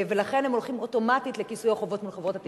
ולכן הם הולכים אוטומטית לכיסוי החובות מול חברות התקשורת,